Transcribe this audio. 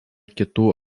kitų